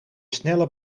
snelle